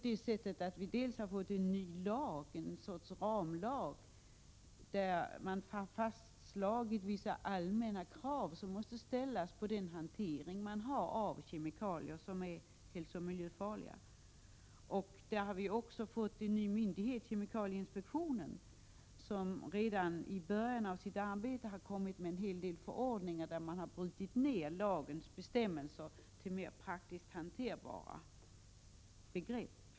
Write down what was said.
Vi har antagit en ny lag, en sorts ramlag, i vilken fastslagits vissa allmänna krav som måste ställas på hanteringen av hälsooch miljöfarliga kemikalier. Vidare har vi inrättat en ny myndighet, kemikalieinspektionen, som redan i början av sitt arbete givit ut en hel del förordningar där lagens bestämmelser brutits ner till praktiskt mer hanterbara begrepp.